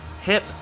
HIP